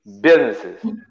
businesses